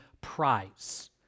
prize